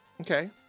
Okay